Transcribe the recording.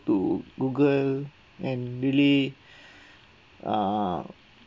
to google and really err